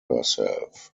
herself